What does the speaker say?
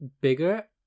bigger